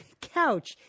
couch